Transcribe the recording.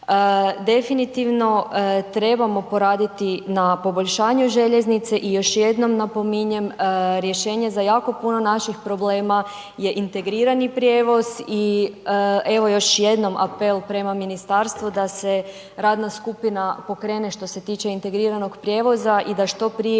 Definitivno trebamo poraditi na poboljšanju željeznice i još jednom napominjem rješenje za jako puno naših problema je integrirani prijevoz i evo još jednom apel prema ministarstvu da se radna skupina pokrene što se tiče integriranog prijevoza i da što prije